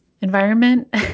environment